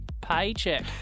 paycheck